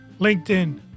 LinkedIn